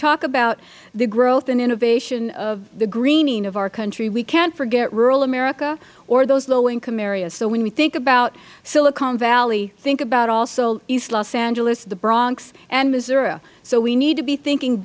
talk about the growth and innovation of the greening of our country we can't forget rural america or those low income areas so when we think about silicon valley think about also east los angeles the bronx and missouri so we need to be thinking